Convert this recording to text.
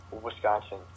Wisconsin